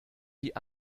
die